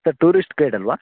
sir tourist guide ಅಲ್ಲವ